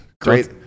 great